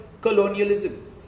colonialism